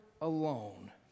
alone